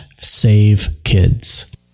savekids